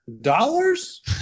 Dollars